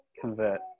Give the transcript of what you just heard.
convert